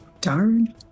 Darn